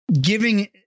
giving